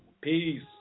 peace